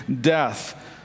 death